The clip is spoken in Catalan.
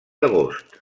agost